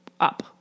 up